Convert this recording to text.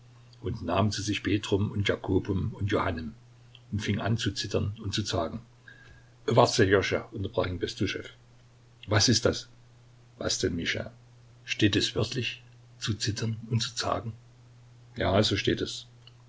und nahm zu sich petrum und jacobum und johannem und fing an zu zittern und zu zagen wart sserjoscha unterbrach ihn bestuschew was ist das was denn mischa steht es wörtlich zu zittern und zu zagen ja so steht es